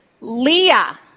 Leah